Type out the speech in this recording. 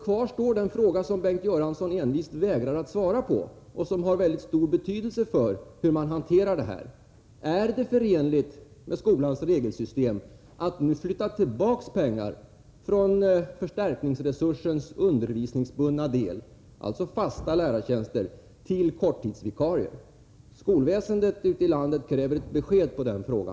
Kvar står den fråga som Bengt Göransson envist vägrar att svara på och som har mycket stor betydelse för hur man hanterar detta: Är det förenligt med skolans regelsystem att nu flytta tillbaka pengar från förstärkningsresur sens undervisningsbundna del, dvs. fasta lärartjänster, till korttidsvikarier? Skolväsendet ute i landet kräver ett besked i denna fråga.